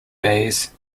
bays